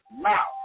mouth